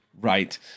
Right